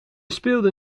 speelde